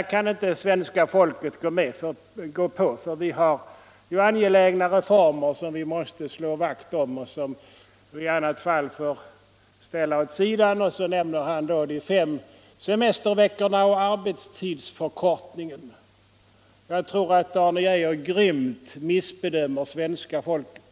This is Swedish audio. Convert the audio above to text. bistånd kan det svenska folket inte gå med på, eftersom det finns angelägnare reformer som vi måste slå vakt om och inte ställa åt sidan. Han nämnde de fem semesterveckorna och arbetstidsförkortningen. Jag tror att Arne Geijer grymt missbedömer svenska folket.